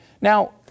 Now